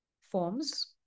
forms